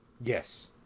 Yes